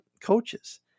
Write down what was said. coaches